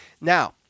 Now